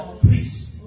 priest